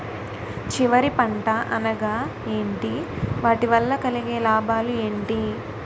చివరి పంట అనగా ఏంటి వాటి వల్ల కలిగే లాభాలు ఏంటి